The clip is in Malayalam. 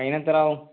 അതിനെത്രയാകും